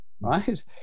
right